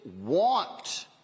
want